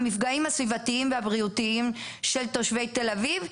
המפגעים הסביבתיים והבריאותיים של תושבי תל אביב,